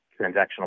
transactional